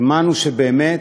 האמנו, באמת,